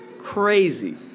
Crazy